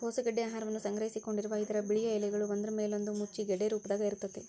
ಕೋಸು ಗಡ್ಡಿ ಆಹಾರವನ್ನ ಸಂಗ್ರಹಿಸಿಕೊಂಡಿರುವ ಇದರ ಬಿಳಿಯ ಎಲೆಗಳು ಒಂದ್ರಮೇಲೊಂದು ಮುಚ್ಚಿ ಗೆಡ್ಡೆಯ ರೂಪದಾಗ ಇರ್ತೇತಿ